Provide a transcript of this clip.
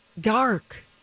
dark